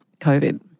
COVID